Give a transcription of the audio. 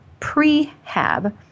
prehab